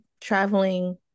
traveling